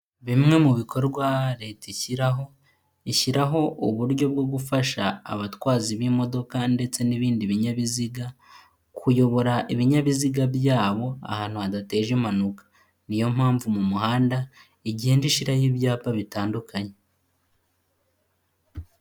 Bimwe mu bikorwa leta ishyiraho, ishyiraho uburyo bwo gufasha abatwazi b'imodoka ndetse n'ibindi binyabiziga, kuyobora ibinyabiziga byabo ahantu hadateje impanuka, niyo mpamvu mu muhanda igenda ishyiraho ibyapa bitandukanye.